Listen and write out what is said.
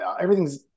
everything's